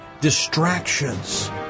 distractions